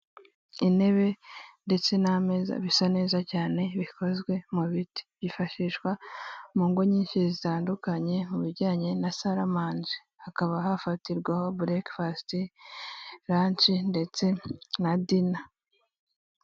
Intebe ndetse n'ameza bisa neza cyane bikozwe mu biti; byifashishwa mu ngo nyinshi zitandukanye mu bijyanye na saramanje; hakaba hafatirwaho bureke fasite, race ndetse na dina